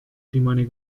rimane